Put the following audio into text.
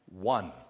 One